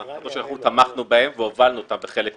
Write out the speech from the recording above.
ואלה החלטות שאנחנו תמכנו בהן ואפילו הובלנו אותן בחלק מהמקרים,